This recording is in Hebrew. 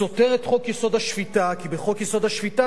סותר את חוק-יסוד: השפיטה, כי בחוק-יסוד: השפיטה